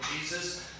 Jesus